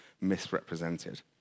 misrepresented